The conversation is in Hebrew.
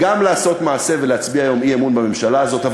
גם לעשות מעשה ולהצביע היום אי-אמון בממשלה הזאת,